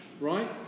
Right